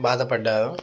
బాధపడ్డాను